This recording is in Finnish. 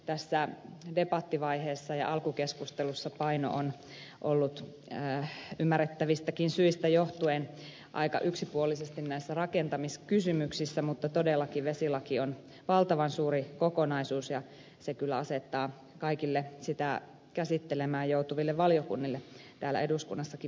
tässä debattivaiheessa ja alkukeskustelussa paino on ollut ymmärrettävistäkin syistä johtuen aika yksipuolisesti näissä rakentamiskysymyksissä mutta todellakin vesilaki on valtavan suuri kokonaisuus ja se kyllä asettaa kaikille sitä käsittelemään joutuville valiokunnille täällä eduskunnassakin melkoisen haasteen